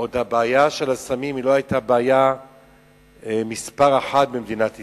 הבעיה של הסמים עוד לא היתה בעיה מספר אחת במדינת ישראל.